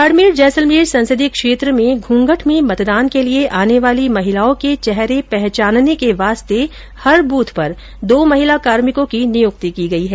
बाडमेर जैसलमेर संसदीय क्षेत्र में घूंघट में मतदान के लिये आने वाली महिलाओं के चेहरे पहचानने के वास्ते हर बूथ पर दो महिला कार्मिकों की नियुक्ति की गई है